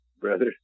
brother